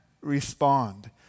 Respond